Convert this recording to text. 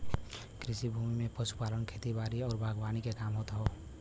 कृषि भूमि में पशुपालन, खेती बारी आउर बागवानी के काम होत हौ